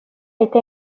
été